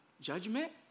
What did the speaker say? judgment